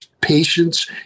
patience